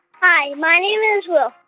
hi. my name is will.